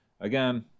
again